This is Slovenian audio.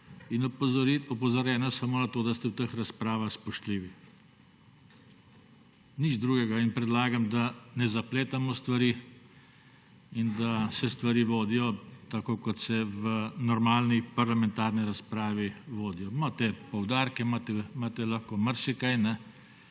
In opozarjam samo na to, da ste v teh razpravah spoštljivi. Nič drugega. In predlagam, da ne zapletamo stvari in da se stvari vodijo tako kot se v normalni parlamentarni razpravi vodijo. Imate poudarke, imate lahko marsikaj.